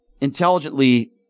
intelligently